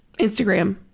Instagram